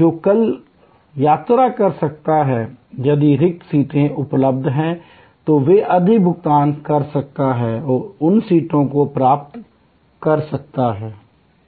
जो कल यात्रा कर सकता है यदि रिक्त सीटें उपलब्ध हैं तो वे अधिक भुगतान कर सकते हैं और उन सीटों को प्राप्त कर सकते हैं